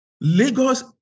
Lagos